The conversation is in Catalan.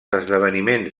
esdeveniments